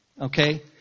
Okay